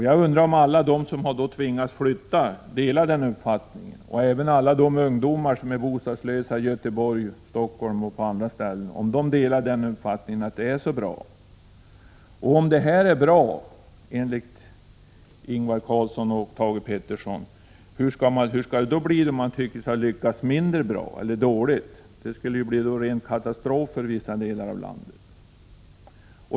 Jag undrar om alla de som har tvingats att flytta och även de som är bostadslösa i Stockholm, Göteborg och på andra platser delar den uppfattningen. Om detta är bra — och det är det ju enligt Ingvar Carlsson och Thage Peterson — hur skall det då bli när man tycker sig ha lyckats mindre bra eller dåligt? Det måste bli ren katastrof för vissa delar av landet.